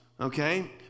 okay